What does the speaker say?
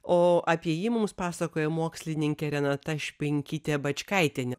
o apie jį mums pasakoja mokslininkė renata špinkytė bačkaitienė